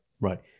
Right